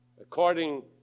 According